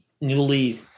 newly